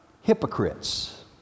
hypocrites